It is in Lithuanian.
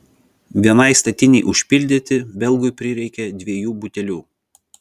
vienai statinei užpildyti belgui prireikė dviejų butelių